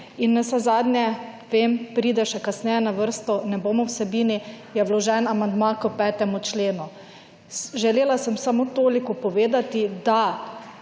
in navsezadnje vem pride še kasneje na vrsto ne bom o vsebini je vložen amandma k 5. členu. Želela sem samo toliko povedati, da